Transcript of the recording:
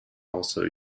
also